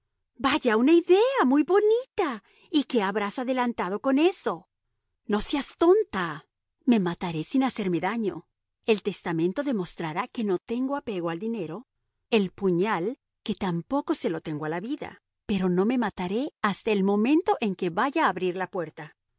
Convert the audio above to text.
vaya una idea muy bonita y qué habrás adelantado con eso no seas tonta me mataré sin hacerme daño el testamento demostrará que no tengo apego al dinero el puñal que tampoco se lo tengo a la vida pero no me mataré hasta el momento en que vaya a abrir la puerta